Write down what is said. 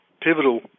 pivotal